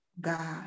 God